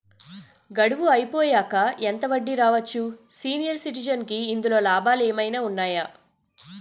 గడువు అయిపోయాక ఎంత వడ్డీ రావచ్చు? సీనియర్ సిటిజెన్ కి ఇందులో లాభాలు ఏమైనా ఉన్నాయా?